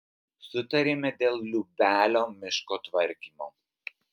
sutarėme dėl liubelio miško tvarkymo